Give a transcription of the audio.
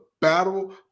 battle